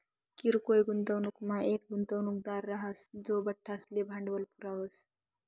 किरकोय गुंतवणूकमा येक गुंतवणूकदार राहस जो बठ्ठासले भांडवल पुरावस